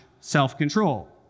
self-control